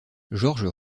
georges